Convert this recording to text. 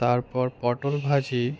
তারপর পটল ভাজি